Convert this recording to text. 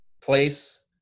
place